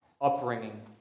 upbringing